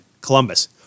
Columbus